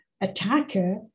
attacker